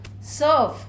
serve